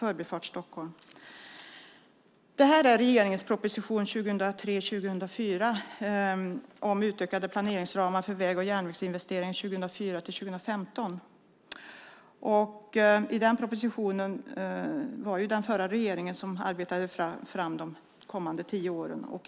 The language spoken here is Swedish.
Jag har med mig regeringens proposition 2003/04 om utökade planeringsramar för väg och järnvägsinvesteringar 2004-2015. Propositionen gällande de kommande tio åren arbetades fram av den förra regeringen.